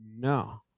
No